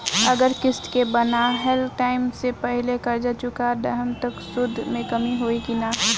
अगर किश्त के बनहाएल टाइम से पहिले कर्जा चुका दहम त सूद मे कमी होई की ना?